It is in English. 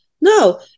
no